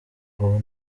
ubu